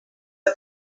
had